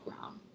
ground